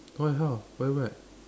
why how what is that